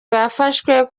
bafashwe